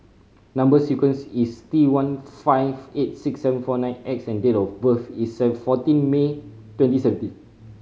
number sequence is T one five eight six seven four nine X and date of birth is seven fourteen May twenty seventeen